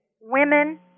Women